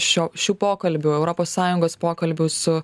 šio šių pokalbių europos sąjungos pokalbių su